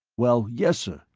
well, yessir.